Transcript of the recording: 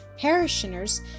parishioners